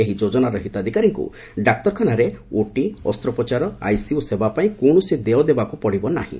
ଏହି ଯୋଜନାର ହିତାଧିକାରୀଙ୍କ ଡାକ୍ତରଖାନାରେ ଓଟି ଅସ୍ୱୋପଚାର ଆଇସିୟୁ ସେବା ପାଇଁ କୌଶସି ଦେୟ ଦେବାକୁ ପଡିବ ନାହିଁ